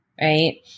right